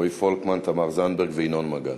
רועי פולקמן, תמר זנדברג וינון מגל.